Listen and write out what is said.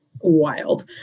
wild